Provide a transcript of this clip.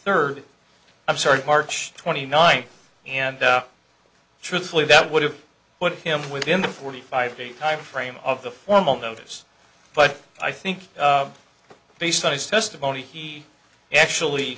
third i'm sorry march twenty ninth and truthfully that would have put him within the forty five day timeframe of the formal notice but i think based on his testimony he actually